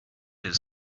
his